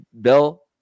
Bill